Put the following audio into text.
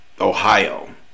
Ohio